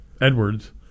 Edwards